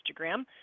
Instagram